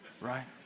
Right